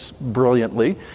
brilliantly